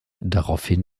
daraufhin